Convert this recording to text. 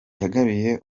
yagabiye